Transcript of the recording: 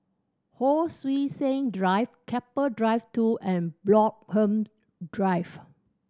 Hon Sui Sen Drive Keppel Drive Two and Bloxhome Drive